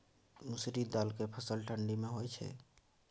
मसुरि दाल के फसल ठंडी मे होय छै?